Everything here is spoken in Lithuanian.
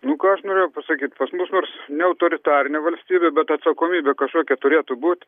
nu ką aš norėjau pasakyt pas mus nors ne autoritarinė valstybė bet atsakomybė kažkokia turėtų būt